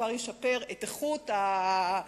הדבר ישפר את איכות השירות,